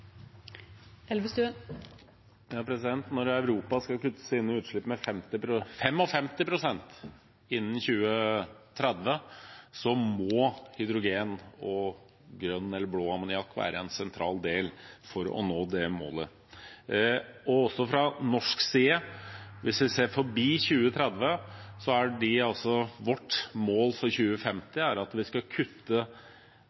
Når Europa skal kutte sine utslipp med 55 pst. innen 2030, må hydrogen og grønn eller blå ammoniakk være en sentral del for å nå det målet. Fra norsk side, hvis vi ser forbi 2030, er vårt mål for